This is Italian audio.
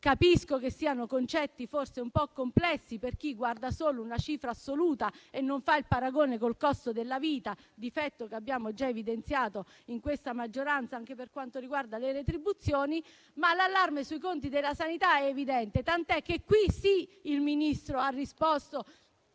Capisco che siano concetti forse un po' complessi per chi guarda solo una cifra assoluta e non fa il paragone con il costo della vita - un difetto che abbiamo già evidenziato in questa maggioranza anche per quanto riguarda le retribuzioni - ma l'allarme sui conti della sanità è evidente, tant'è vero che, qui sì, il Ministro ha risposto